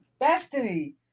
Destiny